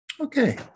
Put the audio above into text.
Okay